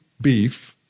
beef—